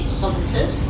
positive